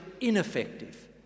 ineffective